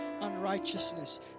unrighteousness